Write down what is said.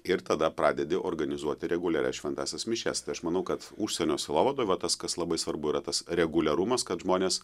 ir tada pradedi organizuoti reguliarias šventąsias mišias tai aš manau kad užsienio sielovadoj va tas kas labai svarbu yra tas reguliarumas kad žmonės